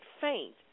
faint